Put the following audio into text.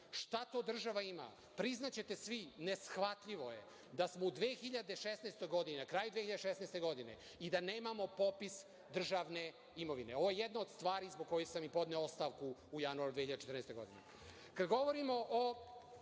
šta to država ima. Priznaćete svi, neshvatljivo je da smo u 2016. godini, na kraju 2016 godine, i da nemamo popis državne imovine. Ovo je jedna od stvari zbog koje sam i podneo ostavku u januaru 2014. godine. Kad govorimo o